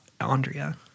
Andrea